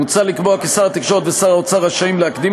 מוצע לקבוע כי שר התקשורת ושר האוצר רשאים להקדים